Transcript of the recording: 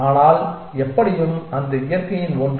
ஆனால் எப்படியும் அந்த இயற்கையின் ஒன்று